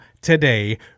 today